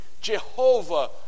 Jehovah